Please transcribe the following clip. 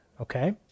okay